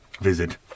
visit